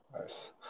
Nice